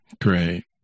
Great